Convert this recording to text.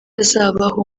azabaho